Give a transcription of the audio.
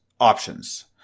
options